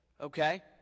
Okay